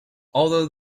although